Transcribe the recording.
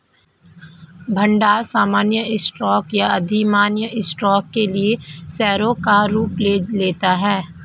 भंडार सामान्य स्टॉक या अधिमान्य स्टॉक के लिए शेयरों का रूप ले लेता है